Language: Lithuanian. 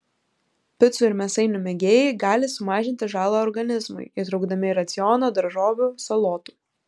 picų ir mėsainių mėgėjai gali sumažinti žalą organizmui įtraukdami į racioną daržovių salotų